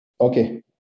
okay